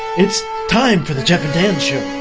it's time for the jeff and dan show